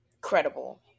credible